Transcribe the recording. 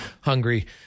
hungry